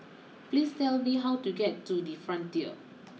please tell me how to get to the Frontier